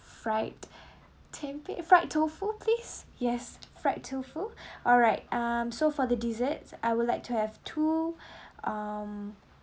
fried tempeh fried tofu please yes fried tofu alright um so for the desserts I would like to have two um